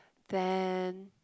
then